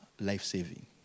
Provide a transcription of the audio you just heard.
life-saving